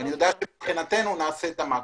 אני יודע שמבחינתנו נעשה את המקסימום.